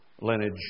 lineage